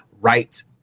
right